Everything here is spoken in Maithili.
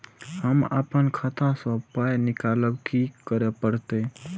हम आपन खाता स पाय निकालब की करे परतै?